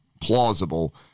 plausible